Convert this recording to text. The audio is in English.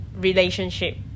relationship